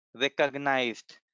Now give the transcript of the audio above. recognized